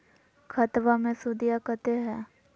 खतबा मे सुदीया कते हय?